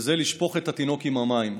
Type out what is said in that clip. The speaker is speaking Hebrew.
וזה לשפוך את התינוק עם המים.